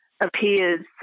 appears